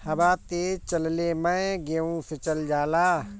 हवा तेज चलले मै गेहू सिचल जाला?